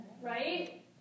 Right